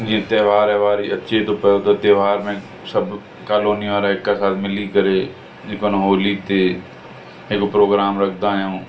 जीअं तहिवारु ॿहिवारु अचे थो पियो त तहिवार में सभु कालोनीअ वारा हिक सां मिली करे जेको न होली ते हिकु प्रोग्राम रखंदा आहियूं